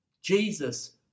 Jesus